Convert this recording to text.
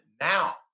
now